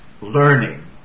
learning